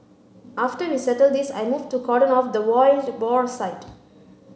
after we settled this I moved to cordon off the wild boar site